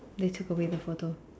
they took away the photo